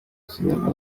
sinema